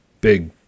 big